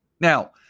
Now